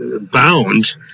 bound